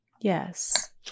yes